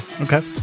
okay